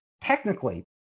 technically